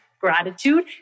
gratitude